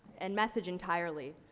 and message entirely.